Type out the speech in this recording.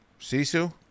Sisu